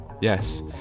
Yes